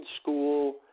school